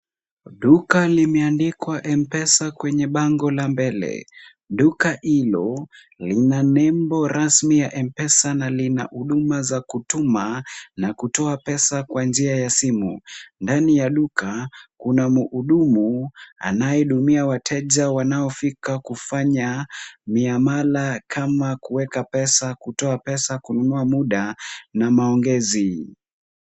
Duka limeandikwa m-pesa kwenye bango la mbele. Duka hilo lina nembo rasmi ya m-pesa na lina huduma za kutuma na kutoa pesa kwa njia ya simu. Ndani ya duka kuna mhudumu anayehudumia wateja wanaofika kufanya miamala kama kuweka pesa, kutoa pesa, kununua muda na maongezi.